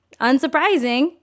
unsurprising